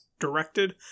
directed